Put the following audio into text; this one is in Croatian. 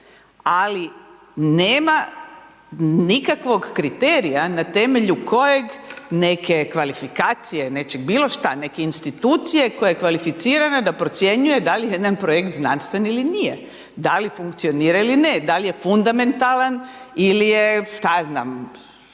Ali nema nikakvog kriterija na temelju kojeg neke kvalifikacije, nečeg bilo šta, neka institucija koja je kvalificirana da procjenjuje da li je jedan projekt znanstven ili nije, da li funkcionira ili ne, da li je fundamentalan ili je šta ja